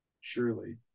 Surely